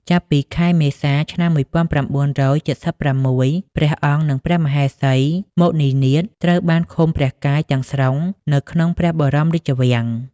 ចាប់ពីខែមេសា ឆ្នាំ១៩៧៦ ព្រះអង្គ និងព្រះមហេសី មុនីនាថ ត្រូវបានឃុំព្រះកាយទាំងស្រុងនៅក្នុងព្រះបរមរាជវាំង។